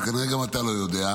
וכנראה גם אתה לא יודע,